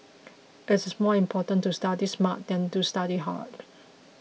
it is more important to study smart than to study hard